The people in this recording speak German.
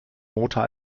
motor